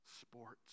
sports